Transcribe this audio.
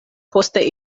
poste